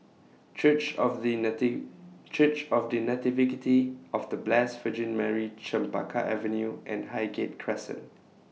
Church of The Nati Church of The of The Blessed Virgin Mary Chempaka Avenue and Highgate Crescent